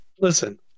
listen